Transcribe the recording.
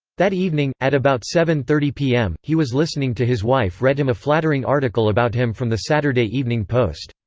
that evening, at about seven thirty pm, he was listening to his wife read him a flattering article about him from the saturday evening post,